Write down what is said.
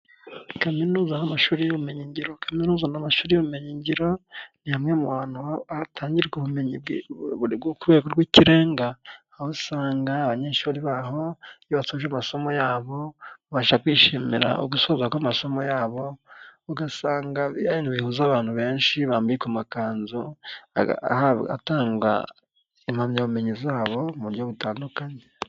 Kaminuza n'amashuri y'ubumenyi ngiro, kaminuza n'amashuri y'ubumenyi ngiro nimwe mu hantu hatangirwa ubumenyi ku rwego rw'ikirenga, aho usanga abanyeshuri baho iyo usoje amasomo yabo babasha kwishimira ugusoza kw'amasomo yabo, ugasanga bihuza abantu benshi bambika amakanzu atanga impamyabumenyi zabo mu buryo butandukanye.